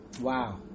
Wow